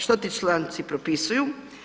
Što ti članci propisuju?